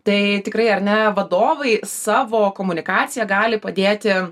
tai tikrai ar ne vadovai savo komunikacija gali padėti